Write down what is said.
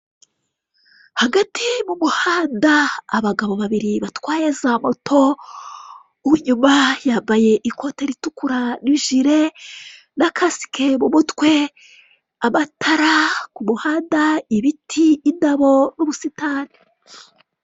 Hagati mumuhanda abagabo babiri batwaye za moto uwinyuma yambaye ikoti ritukura nijire na kasike mumutwe amatara kumuhanda ibiti indabo nubusitani.